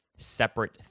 separate